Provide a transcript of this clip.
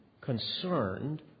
concerned